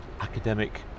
academic